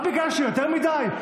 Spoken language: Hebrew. מה ביקשתי, יותר מדי?